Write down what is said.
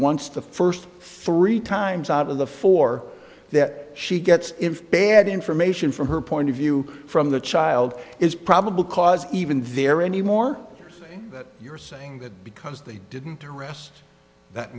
once the first three times out of the four that she gets if bad information from her point of view from the child is probable cause even there anymore you're saying that because they didn't arrest that